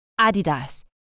Adidas